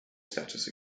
status